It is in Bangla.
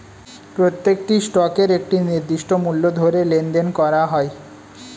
প্রত্যেকটি স্টকের একটি নির্দিষ্ট মূল্য ধরে লেনদেন করা হয়